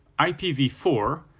i p v four,